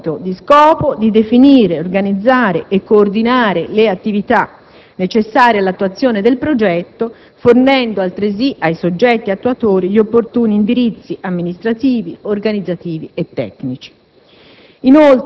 con il compito di definire, organizzare e coordinare le attività necessarie all'attuazione del progetto, fornendo, altresì ai soggetti attuatori gli opportuni indirizzi amministrativi, organizzativi e tecnici.